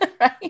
right